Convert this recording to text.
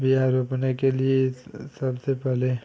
बीआ रोपने के लिए सबसे पहले